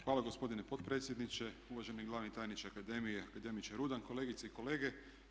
Hvala gospodine potpredsjedniče, uvaženi glavni tajniče akademije akademiče Rudan, kolegice i kolege.